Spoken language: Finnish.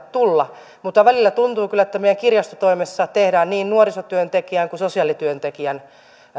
tulla mutta välillä tuntuu kyllä että meidän kirjastotoimessa tehdään niin nuorisotyöntekijän kuin sosiaalityöntekijän